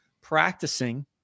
practicing